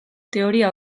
teoria